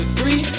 Three